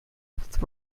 with